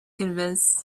convinced